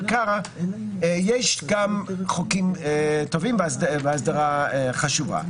קארה יש גם חוקים טובים והאסדרה חשובה.